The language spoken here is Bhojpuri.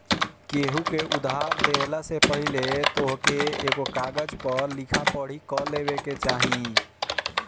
केहू के उधार देहला से पहिले तोहके एगो कागज पअ लिखा पढ़ी कअ लेवे के चाही